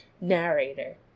narrator